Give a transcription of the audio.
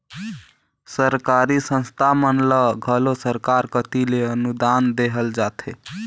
सरकारी संस्था मन ल घलो सरकार कती ले अनुदान देहल जाथे